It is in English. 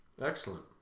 Excellent